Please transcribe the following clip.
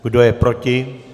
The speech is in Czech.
Kdo je proti?